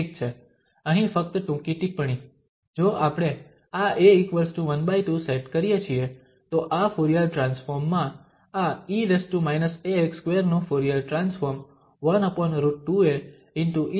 ઠીક છે અહીં ફક્ત ટૂંકી ટિપ્પણી જો આપણે આ a12 સેટ કરીએ છીએ તો આ ફુરીયર ટ્રાન્સફોર્મ માં આ e−ax2 નું ફુરીયર ટ્રાન્સફોર્મ 1√✕e α24a છે